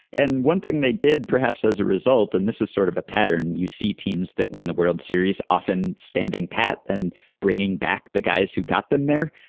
and one thing they did perhaps as a result and this is sort of a pattern you see teams that win the world series often standing pat and bringing back the guys who got them there.